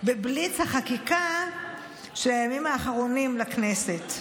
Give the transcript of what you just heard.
בבליץ החקיקה של הימים האחרונים לכנסת,